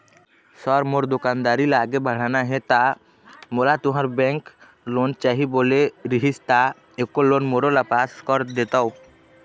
Sir मोर दुकानदारी ला आगे बढ़ाना हे ता मोला तुंहर बैंक लोन चाही बोले रीहिस ता एको लोन मोरोला पास कर देतव?